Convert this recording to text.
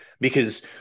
Because-